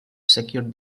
secured